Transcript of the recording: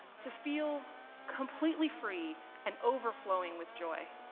to feel completely free and overflowing with joy.